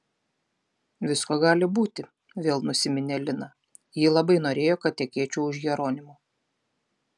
visko gali būti vėl nusiminė lina ji labai norėjo kad tekėčiau už jeronimo